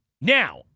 Now